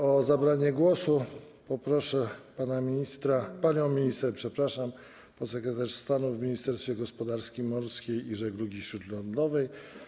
O zabranie głosu proszę pana ministra... panią minister, przepraszam, podsekretarz stanu w Ministerstwie Gospodarki Morskiej i Żeglugi Śródlądowej.